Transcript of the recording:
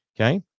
Okay